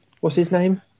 What's-his-name